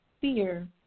fear